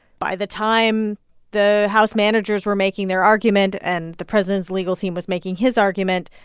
by the time the house managers were making their argument and the president's legal team was making his argument,